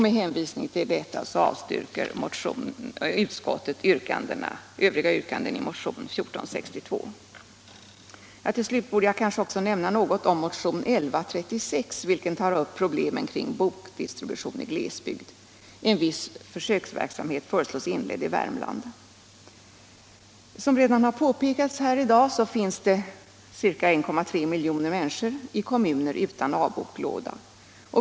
Med hänvisning till detta avstyrker utskottet övriga yrkanden i motionen 1462. Till slut bör jag också nämna något om motion nr 1136, vilken tar upp problemen kring bokdistributionen i glesbygd. En viss försöksverksamhet föreslås inledd i Värmland. Som redan har påpekats här i dag, finns det ca 1,3 miljoner människor i kommuner utan A-boklåda.